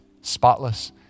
spotless